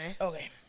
Okay